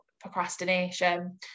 procrastination